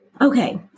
Okay